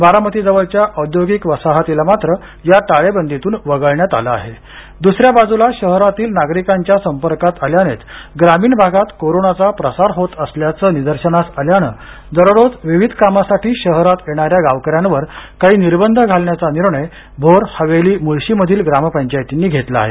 बारामतीजवळच्या औद्योगिक वसाहतीला मात्र या टाळेबंदीतून वगळण्यात आलं आहे प्रसार होत असल्याचं निदर्शनास शहरातील नागरिकांच्या संपर्कात आल्यानेच ग्रामीण भागात कोरोनाचा आल्यानं दररोज विविध कामासाठी शहरात येणाऱ्या गावकऱ्यांवरकाही निर्बंध घालण्याचा निर्णय भोर हवेली मुळशीमधील ग्रामपंचायतींनी घेतला आहे